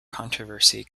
controversy